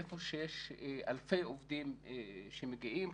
איפה שיש אלפי עובדים שמגיעים,